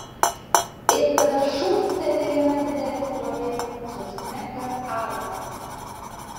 ir tada šūsteli viena didelė srovė džiaugsmingas alasas